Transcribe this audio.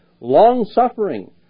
long-suffering